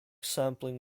sampling